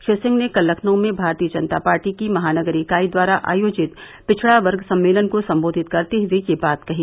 श्री सिंह ने कल लखनऊ में भारतीय जनता पार्टी की महानगर इकाई द्वारा आयोजित पिछड़ा वर्ग सम्मेलन को संबोधित करते हुए यह बात कही